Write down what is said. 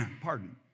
Pardon